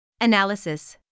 analysis